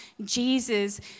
Jesus